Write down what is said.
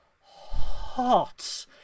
hot